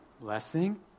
blessing